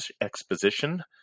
Exposition